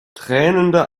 tränende